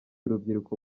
urubyiruko